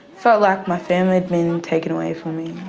felt like my family had been taken away from me.